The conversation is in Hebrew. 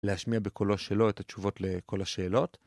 להשמיע בקולו שלו את התשובות לכל השאלות.